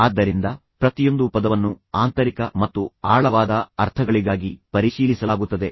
ಆದ್ದರಿಂದ ಪ್ರತಿಯೊಂದು ಪದವನ್ನು ಆಂತರಿಕ ಮತ್ತು ಆಳವಾದ ಅರ್ಥಗಳಿಗಾಗಿ ಪರಿಶೀಲಿಸಲಾಗುತ್ತದೆ